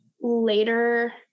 later